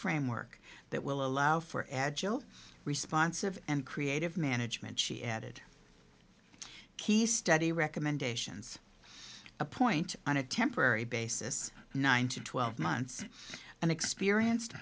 framework that will allow for agile responsive and creative management she added key study recommendations a point on a temporary basis nine to twelve months and experienced